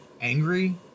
angry